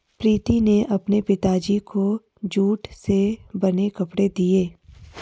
प्रीति ने अपने पिताजी को जूट से बने कपड़े दिए